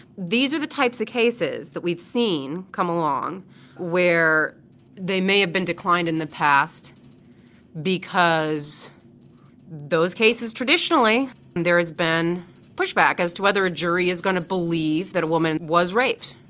these are the types of cases that we've seen come along where they may have been declined in the past because those cases traditionally and there has been pushback as to whether a jury is going to believe that a woman was raped.